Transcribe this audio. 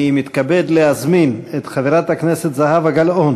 אני מתכבד להזמין את חברת הכנסת זהבה גלאון